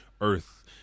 earth